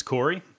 Corey